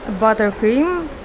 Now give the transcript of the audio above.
buttercream